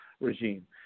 regime